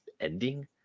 ending